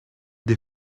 des